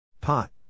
Pot